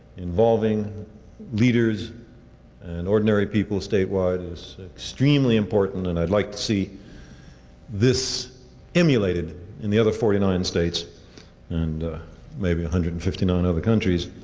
involving leaders and ordinary people statewide is extremely important and i'd like to see this emulated in the other forty nine states and maybe one hundred and fifty nine other countries.